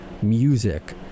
music